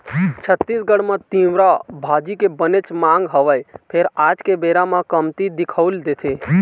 छत्तीसगढ़ म तिंवरा भाजी के बनेच मांग हवय फेर आज के बेरा म कमती दिखउल देथे